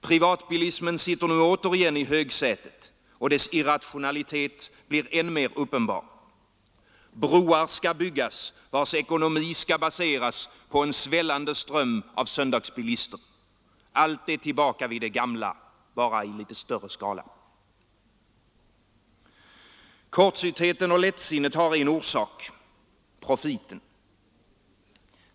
Privatbilismen sitter återigen i högsätet och dess irrationalitet blir än mer uppenbar; broar skall byggas, vilkas ekonomi skall baseras på en svällande ström av söndagsbilister. Allt är tillbaka vid det gamla, bara i litet större skala. Kortsyntheten och lättsinnet har en orsak: profiten.